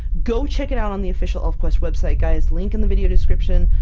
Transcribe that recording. go check it out on the official elfquest website guys, link in the video description!